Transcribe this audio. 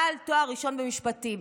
בעל תואר ראשון במשפטים.